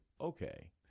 okay